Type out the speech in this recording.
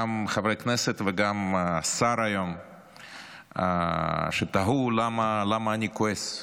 חברי כנסת וגם את השר היום שתהו למה אני כועס,